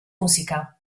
música